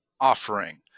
offering